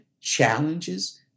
challenges